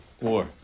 war